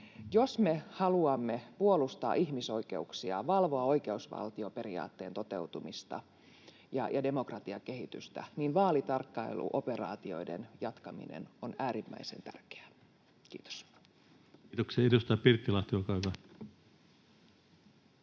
Jos me haluamme puolustaa ihmisoikeuksia ja valvoa oikeusvaltioperiaatteen toteutumista ja demokratiakehitystä, niin vaalitarkkailuoperaatioiden jatkaminen on äärimmäisen tärkeää. — Kiitos. [Speech 247] Speaker: